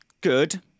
good